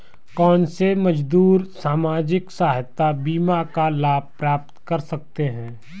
कौनसे मजदूर सामाजिक सहायता बीमा का लाभ प्राप्त कर सकते हैं?